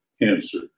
answer